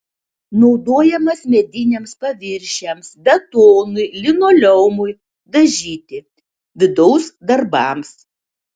naudojamas mediniams paviršiams betonui linoleumui dažyti vidaus darbams